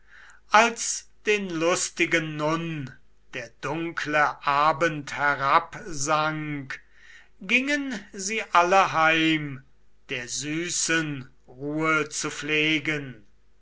als den lustigen nun der dunkle abend herabsank gingen sie alle heim der süßen ruhe zu pflegen